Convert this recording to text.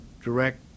direct